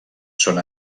són